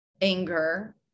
anger